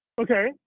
Okay